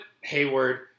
Hayward